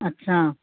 अच्छा